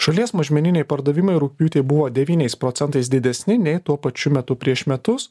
šalies mažmeniniai pardavimai rugpjūtį buvo devyniais procentais didesni nei tuo pačiu metu prieš metus